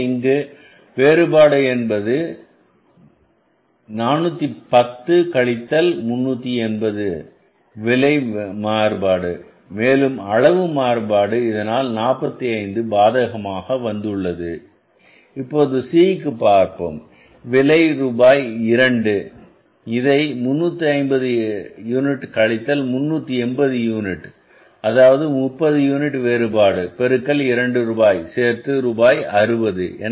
எனவே இங்கு வேறுபாடு என்பது என்ன இது 410 கழித்தல் 380 ரூபாய் விலை மாறுபாடு மேலும் அளவு மாறுபாடு இதனால் 45 பாதகமாக உள்ளது இப்போது C க்கு பார்ப்போம் விலை 2 ரூபாய் இதை 350 யூனிட் கழித்தல் 380 யூனிட் அதாவது 30 யூனிட் வேறுபாடு பெருக்கல் இரண்டு ரூபாய் சேர்த்து ரூபாய் 60